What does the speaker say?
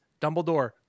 Dumbledore